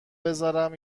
بذارم